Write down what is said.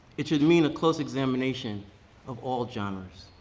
it should mean a close examination of all genres.